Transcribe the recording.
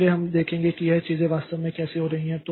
इसलिए हम देखेंगे कि ये चीजें वास्तव में कैसे हो रही हैं